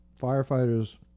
Firefighters